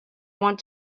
want